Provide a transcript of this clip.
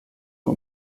nur